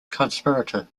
conspirator